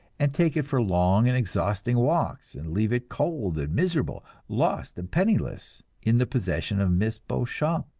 and take it for long and exhausting walks, and leave it cold and miserable, lost and penniless, in the possession of miss beauchamp!